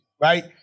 right